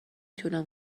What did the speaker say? تونم